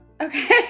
okay